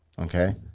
Okay